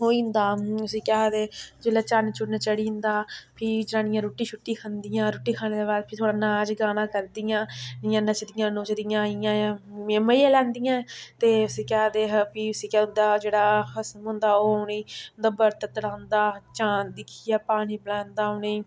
ओह् होई जंदा उसी केह् आखदे जुल्लै चन्न चुन्न चढ़ी जंदा फ्ही जनानियां रुट्टी शुट्टी खंदियां रुट्टी खाने दे बाद फ्ही थोह्ड़ा नाच गाना करदियां इ'यां नचदियां नुचदियां इयां गै मज़े लैंदियां ते उसी केह् आखदे फ्ही उसी केह् होंदा जेह्ड़ा खसम होंदा ओह् उनेंई बरत उं'दा तड़ांदा चांद दिक्खियै पानी पलैंदा उनेंई